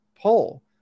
pull